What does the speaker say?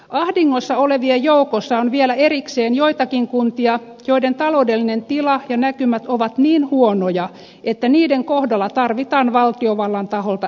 ahdingossa olevien joukossa on vielä erikseen joitakin kuntia joiden taloudellinen tila ja näkymät ovat niin huonoja että niiden kohdalla tarvitaan valtiovallan taholta erityistoimenpiteitä